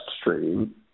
stream